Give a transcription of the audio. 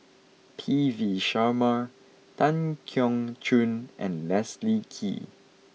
P V Sharma Tan Keong Choon and Leslie Kee